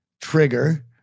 trigger